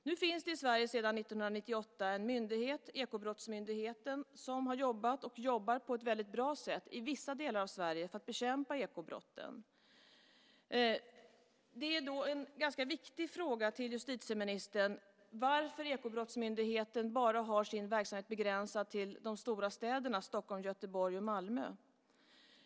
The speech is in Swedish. Nu finns det i Sverige sedan 1998 en myndighet, Ekobrottsmyndigheten, som har jobbat och jobbar på ett väldigt bra sätt i vissa delar av Sverige för att bekämpa ekobrotten. Det är då en ganska viktig fråga att ställa till justitieministern varför Ekobrottsmyndigheten har sin verksamhet begränsad bara till de stora städerna Stockholm, Göteborg och Malmö.